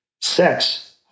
Sex